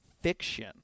Fiction